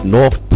North